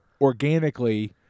organically